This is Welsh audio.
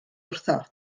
wrtho